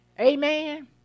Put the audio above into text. Amen